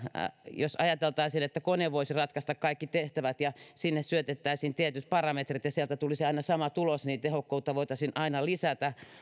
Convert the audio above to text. jos ajateltaisiin että kone voisi ratkaista kaikki tehtävät ja sinne syötettäisiin tietyt parametrit ja sieltä tulisi aina sama tulos niin tehokkuutta voitaisiin aina lisätä